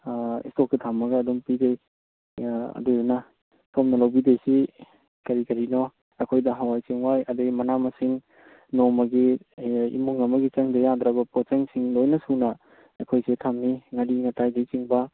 ꯁ꯭ꯇꯣꯛꯇ ꯊꯝꯃꯒ ꯑꯗꯨꯝ ꯄꯤꯖꯩ ꯑꯗꯨꯗꯨꯅ ꯁꯣꯝꯅ ꯂꯧꯕꯤꯗꯣꯏꯁꯤ ꯀꯔꯤ ꯀꯔꯤꯅꯣ ꯑꯩꯈꯣꯏꯗ ꯍꯋꯥꯏ ꯆꯦꯡꯋꯥꯏ ꯑꯗꯨꯗꯒꯤ ꯃꯅꯥ ꯃꯁꯤꯡ ꯅꯣꯡꯃꯒꯤ ꯏꯃꯨꯡ ꯑꯃꯒꯤ ꯆꯪꯗ ꯌꯥꯗ꯭ꯔꯕ ꯄꯣꯠꯆꯪꯁꯤꯡ ꯂꯣꯏꯅ ꯁꯨꯅ ꯑꯩꯈꯣꯏꯁꯤ ꯊꯝꯃꯤ ꯉꯥꯔꯤ ꯉꯇꯥꯏꯗꯒꯤ ꯆꯤꯡꯕ